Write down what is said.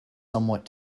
somewhat